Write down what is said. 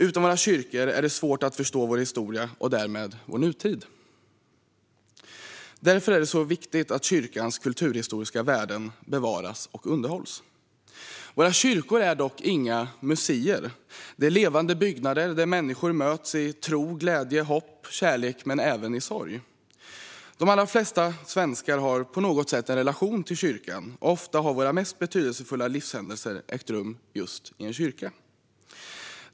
Utan våra kyrkor är det svårt att förstå vår historia och därmed vår nutid. Därför är det viktigt att kyrkans kulturhistoriska värden bevaras och underhålls. Våra kyrkor är dock inga museer. De är levande byggnader där människor möts i tro, glädje, hopp och kärlek men även sorg. De allra flesta svenskar har på något sätt en relation till kyrkan, och ofta har våra mest betydelsefulla livshändelser ägt rum i just en kyrka.